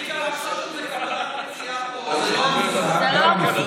צביקה, מה שחשוב זה כוונת מציעי החוק, גם הניסוח.